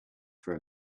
for